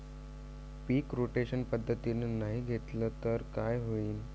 पीक rotation पद्धतीनं नाही घेतलं तर काय होईन?